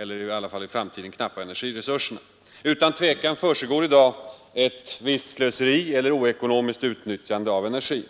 i varje fall i framtiden, knappa energiresurserna. Utan tvivel förekommer i dag ett visst slöseri eller oekonomiskt utnyttjande av energin.